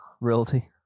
realty